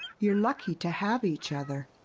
you're lucky to have each other.